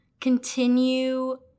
continue